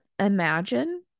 Imagine